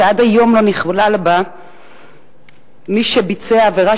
שעד היום לא נכלל בה מי שביצע עבירה